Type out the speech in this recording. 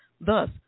thus